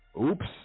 oops